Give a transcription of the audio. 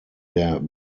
der